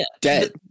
dead